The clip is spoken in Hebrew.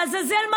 לעזאזל.